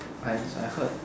I I heard